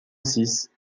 six